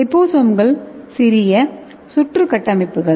லிபோசோம்கள் சிறிய சுற்று கட்டமைப்புகள்